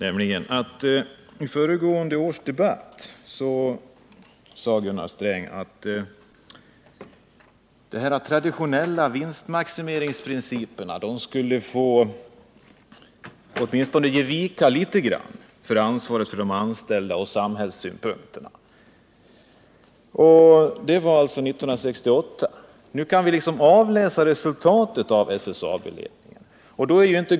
Vid föregående års debatt sade Gunnar Sträng att de traditionella vinstmaximeringsprinciperna skulle få ge vika, åtminstone litet grand, för ansvaret för de anställda och samhällets krav. Det var 1978. Nu kan vi avläsa resultatet av SSAB-ledningens arbete.